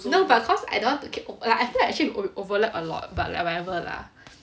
no but cause I don't want to keep I feel like actually we overlap a lot but like whatever lah